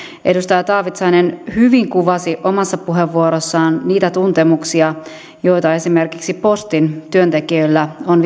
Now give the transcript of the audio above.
edustaja taavitsainen hyvin kuvasi omassa puheenvuorossaan niitä tuntemuksia joita esimerkiksi postin työntekijöillä on